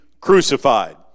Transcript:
crucified